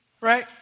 Right